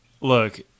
look